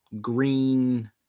green